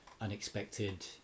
unexpected